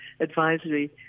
advisory